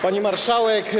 Pani Marszałek!